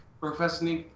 Professor